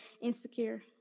insecure